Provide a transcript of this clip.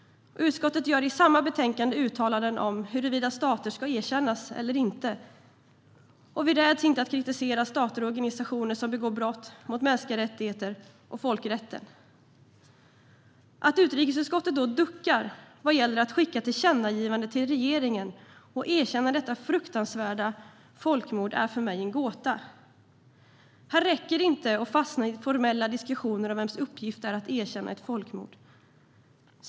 Utskottet gör i samma betänkande uttalanden om huruvida stater ska erkännas eller inte. Vi räds inte att kritisera stater eller organisationer som begår brott mot mänskliga rättigheter och folkrätten. Att utrikesutskottet då duckar vad gäller att skicka ett tillkännagivande till regeringen om erkännande av detta fruktansvärda folkmord är för mig en gåta. Här duger det inte att fastna i formella diskussioner om vems uppgift det är att erkänna ett folkmord.